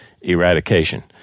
eradication